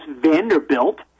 Vanderbilt